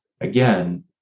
again